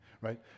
right